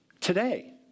Today